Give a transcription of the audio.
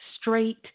straight